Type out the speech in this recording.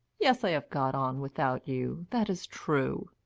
yes i have got on without you. that is true.